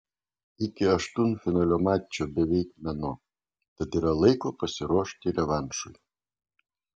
iki aštuntfinalio mačo beveik mėnuo tad yra laiko pasiruošti revanšui